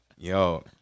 Yo